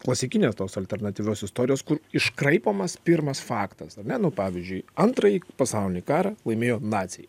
klasikinės tos alternatyvios istorijos kur iškraipomas pirmas faktas ar ne nu pavyzdžiui antrąjį pasaulinį karą laimėjo naciai